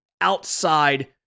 outside